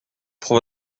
pour